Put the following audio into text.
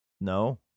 No